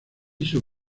sus